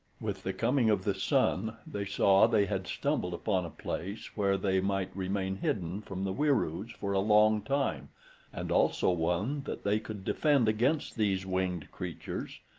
with the coming of the sun they saw they had stumbled upon a place where they might remain hidden from the wieroos for a long time and also one that they could defend against these winged creatures,